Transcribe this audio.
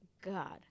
God